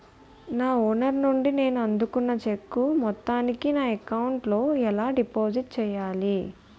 నా ఓనర్ నుండి నేను అందుకున్న చెక్కు మొత్తాన్ని నా అకౌంట్ లోఎలా డిపాజిట్ చేయాలి?